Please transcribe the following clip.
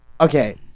okay